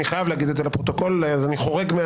אני חייב להגיד את זה לפרוטוקול אז אני חורג.